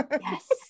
Yes